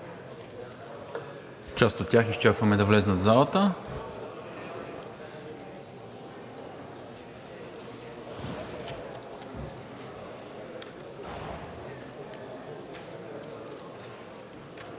част от тях изчакваме да влязат в залата.